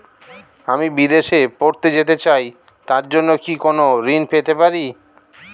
আমি বিদেশে পড়তে যেতে চাই তার জন্য কি কোন ঋণ পেতে পারি?